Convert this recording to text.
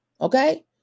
Okay